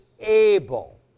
able